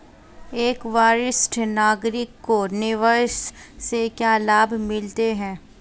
एक वरिष्ठ नागरिक को निवेश से क्या लाभ मिलते हैं?